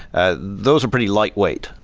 ah those are pretty lightweight.